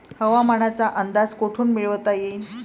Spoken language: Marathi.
हवामानाचा अंदाज कोठून मिळवता येईन?